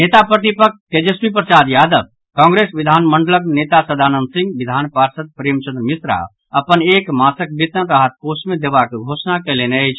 नेता प्रतिपक्ष तेजस्वी प्रसाद यादव कांग्रेस विधानमंडलक नेता सदानंद सिंह विधान पार्षद प्रेमचंद्र मिश्रा अपन एक मासक वेतन राहत कोष मे देबाक घोषण कयलनि अछि